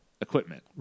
equipment